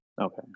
Okay